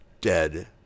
Dead